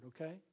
okay